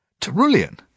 Terulian